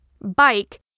bike